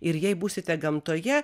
ir jei būsite gamtoje